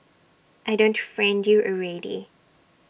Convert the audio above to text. I don't friend you already